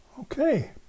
Okay